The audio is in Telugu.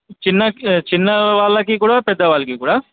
చిన్న చిన్నవాళ్ళకి కూడా పెద్దవాళ్ళకి కూడానా